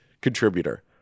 contributor